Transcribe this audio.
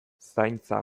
zaintza